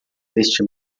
este